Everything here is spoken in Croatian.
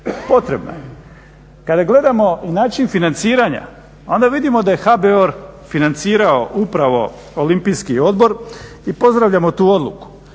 potrebna je. Kada gledamo način financiranja onda vidimo da je HABOR financirao upravo olimpijski odbor i pozdravljamo tu odluku.